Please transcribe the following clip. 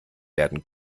werden